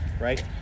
Right